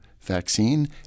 vaccine